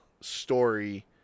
story